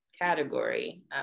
category